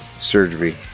surgery